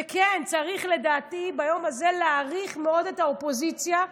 וכן צריך לדעתי ביום הזה להעריך מאוד את האופוזיציה,